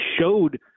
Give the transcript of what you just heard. showed